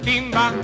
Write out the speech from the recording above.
Timba